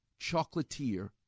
chocolatier